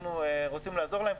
אנחנו רוצים לעזור להם.